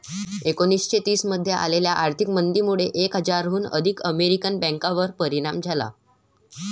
एकोणीसशे तीस मध्ये आलेल्या आर्थिक मंदीमुळे एक हजाराहून अधिक अमेरिकन बँकांवर परिणाम झाला